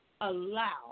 allow